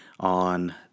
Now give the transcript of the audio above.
...on